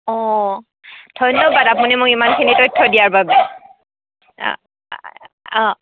অঁ ধন্যবাদ আপুনি মোক ইমানখিনি তথ্য দিয়াৰ বাবে অঁ